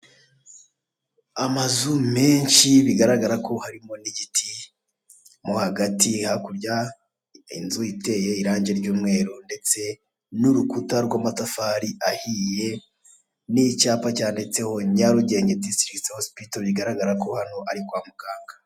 Amazu menshi bigaragara ko harimo igiti mo hagati hakurya inzu iteye irange ry'umweru ndetse n'urukuta rw'amatafari ahiye n'icyapa cyanditseho Nyarugenge disitirigiti hosipito bigaragara ko hano ari kwa muganga.